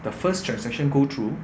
the first transaction go through